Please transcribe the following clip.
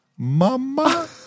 Mama